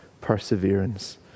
perseverance